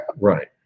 Right